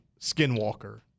Skinwalker